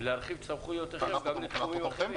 להרחיב את סמכויותיכם גם לתחומים אחרים.